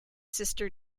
sister